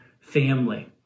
family